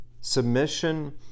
submission